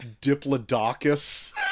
Diplodocus